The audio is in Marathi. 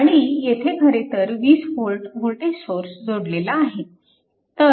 आणि येथे खरेतर 20V वोल्टेज सोर्स जोडलेला आहे